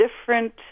different